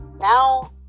now